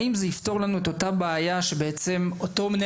האם זה יפתור לנו את הבעיה של אותו מנהל